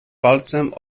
palcem